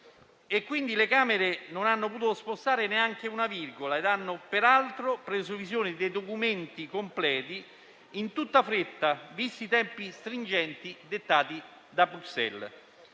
Le Camere non hanno potuto spostare neanche una virgola e hanno peraltro preso visione dei documenti completi in tutta fretta, visti i tempi stringenti dettati da Bruxelles.